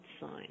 sign